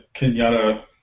Kenyatta